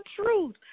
truth